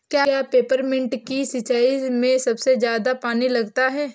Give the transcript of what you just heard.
क्या पेपरमिंट की सिंचाई में सबसे ज्यादा पानी लगता है?